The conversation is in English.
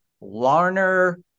Larner